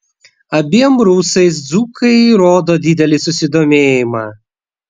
abiem rusais dzūkai rodo didelį susidomėjimą